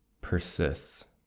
persists